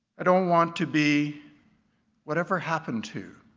i don't want to be whatever happened to